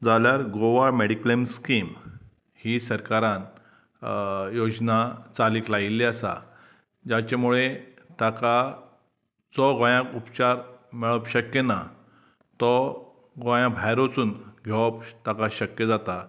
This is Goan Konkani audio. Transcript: जाल्यार गोवा मॅडिक्लेम स्कीम ही सरकारान योजना चालीक लायिल्ली आसा जाच्या मुळे ताका जो गोंयाक उपचार मेळप शक्य ना तो गोंया भायर वचून घेवप ताका शक्य जाता